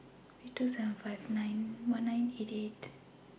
three seven two five one nine eight eight